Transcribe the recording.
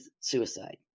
suicide